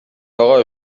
اقا